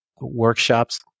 workshops